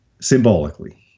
symbolically